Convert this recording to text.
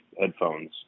headphones